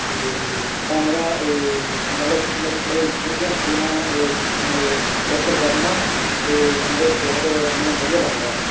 ਇਹ ਤਾਂ ਮੇਰਾ ਇਹ ਮਤਲਬ ਮੇਰੇ ਚੰਗੀਆਂ ਤਸਵੀਰਾਂ ਇਹ ਇਹ ਕੈਪਚਰ ਕਰਨ ਨਾਲ ਇਹ ਮੇਰੇ ਬਹੁਤ ਮੈਨੂੰ ਵਧੀਆ ਲੱਗਦਾ